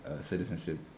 citizenship